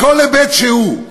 מכל היבט שהוא,